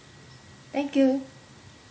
thank you